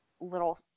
little